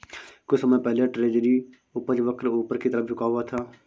कुछ समय पहले ट्रेजरी उपज वक्र ऊपर की तरफ झुका हुआ था